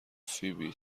فیبی